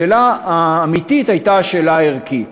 השאלה האמיתית הייתה השאלה הערכית,